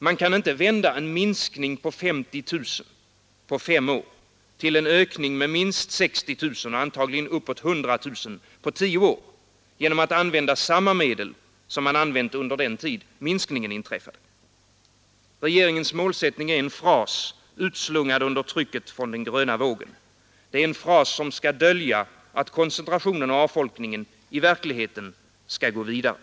Man kan inte vända en minskning på 50 000 på fem år till en ökning med upp emot 100 000 på tio år genom att använda samma medel som under den tid minskningen inträffade. Regeringens målsättning är en fras, utslungad under trycket från den gröna vågen. Det är en fras som skall dölja att koncentrationen och Nr 144 avfolkningen i verkligheten skall gå vidare.